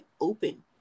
open